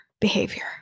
behavior